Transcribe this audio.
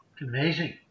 Amazing